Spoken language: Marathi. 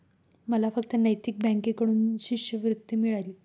मला फक्त नैतिक बँकेकडून शिष्यवृत्ती मिळाली